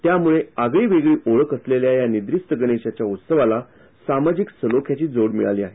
त्यामुळे आगळीवेगळी ओळख असलेल्या या निद्रिस्त गणेशाच्या उत्सवाला सामाजिक सालोख्याचीही जोड मिळाली आहे